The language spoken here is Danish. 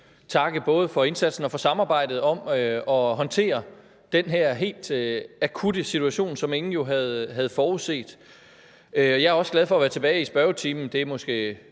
takke både for indsatsen for og for samarbejdet om at håndtere den her helt akutte situation, som ingen jo havde forudset. Jeg er også glad for at være tilbage i spørgetimen,